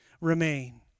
remain